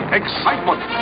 excitement